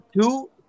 two